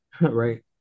Right